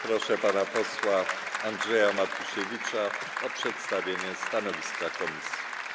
Proszę pana posła Andrzeja Matusiewicza o przedstawienie stanowiska komisji.